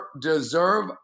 deserve